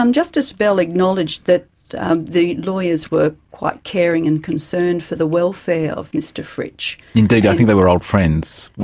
um justice bell acknowledged that that the lawyers were quite caring and concerned for the welfare of mr fritsch. indeed, i think they were old friends. well,